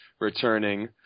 returning